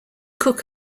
cook